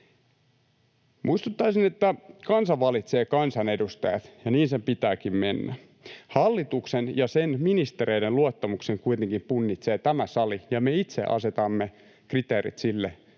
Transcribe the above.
Muistuttaisin, että kansa valitsee kansanedustajat, ja niin sen pitääkin mennä. Hallituksen ja sen ministereiden luottamuksen kuitenkin punnitsee tämä sali, ja me itse asetamme kriteerit sille,